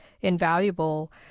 invaluable